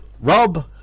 Rob